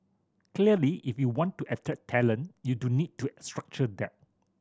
clearly if you want to attract talent you do need to structure that